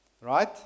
right